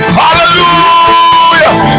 hallelujah